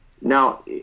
Now